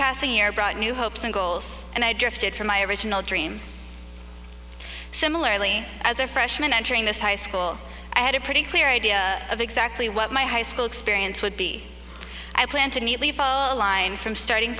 passing year brought new hopes and goals and i drifted from my original dream similarly as a freshman entering this high school i had a pretty clear idea of exactly what my high school experience would be i plan to neatly fallen from starting